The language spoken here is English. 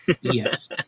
Yes